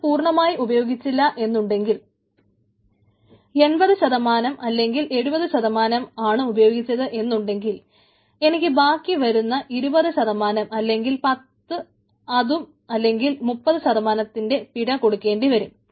അത് പൂർണമായി ഉപയോഗിച്ചിട്ടില്ലാ എന്നുണ്ടെങ്കിൽ 80 അല്ലെങ്കിൽ 70 ആണ് ഉപയോഗിച്ചത് എന്നുണ്ടെങ്കിൽ എനിക്ക് ബാക്കി വരുന്ന 20 അല്ലെങ്കിൽ 10 അതും അല്ലെങ്കിൽ 30 ശതമാനത്തിന്റെ പിഴ കൊടുക്കേണ്ടി വരും